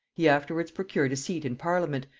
he afterwards procured a seat in parliament,